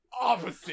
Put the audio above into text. opposite